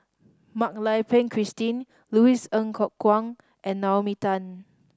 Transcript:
Mak Lai Peng Christine Louis Ng Kok Kwang and Naomi Tan